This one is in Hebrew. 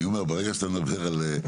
אני אומר, ברגע שאתה מדבר על אנשים.